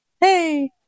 Hey